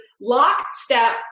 lockstep